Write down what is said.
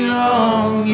long